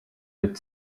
with